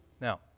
Now